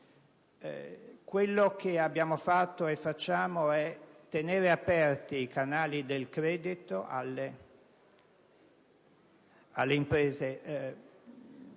Quello che abbiamo fatto e facciamo è tenere aperti i canali del credito alle imprese.